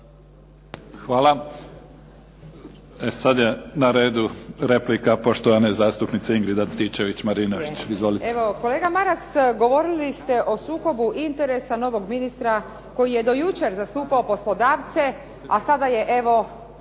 Hvala. Sad je na redu replika poštovane zastupnice Ingrid Antičević-Marinović. Izvolite. **Antičević Marinović, Ingrid (SDP)** Evo kolega Maras govorili ste o sukobu interesa novog ministra koji je do jučer zastupao poslodavce, a sada je evo